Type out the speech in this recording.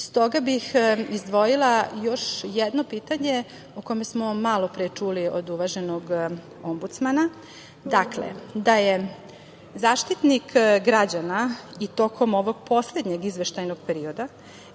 Stoga bih izdvojila još jedno pitanje o kome smo malopre čuli od uvaženog ombudsmana, da je Zaštitnik građana i tokom ovog poslednjeg izveštajnog perioda